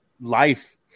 life